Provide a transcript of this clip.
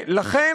לכן,